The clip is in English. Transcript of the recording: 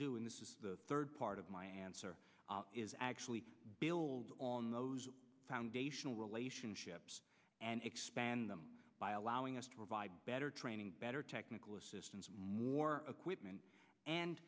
do in this is the third part of my answer is actually builds on those foundational relationships and expand them by allowing us to provide better training better technical assistance more equipment and